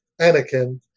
Anakin